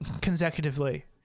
consecutively